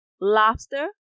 lobster